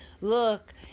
Look